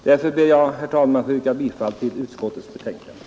Därför ber jag, herr talman, att få yrka bifall till utskottets hemställan.